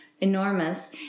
enormous